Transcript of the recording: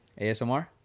ASMR